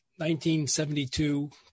1972